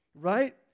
right